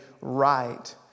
right